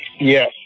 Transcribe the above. Yes